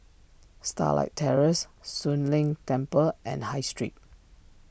Starlight Terrace Soon Leng Temple and High Street